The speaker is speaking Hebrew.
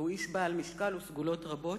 והוא איש בעל משקל וסגולות רבות,